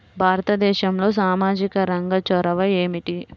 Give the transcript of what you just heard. భారతదేశంలో సామాజిక రంగ చొరవ ఏమిటి?